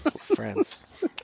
Friends